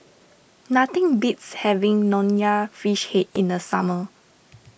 nothing beats having Nonya Fish Head in the summer